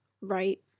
right